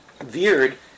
veered